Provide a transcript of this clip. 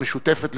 המשותפת לכולנו.